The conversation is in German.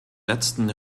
letzten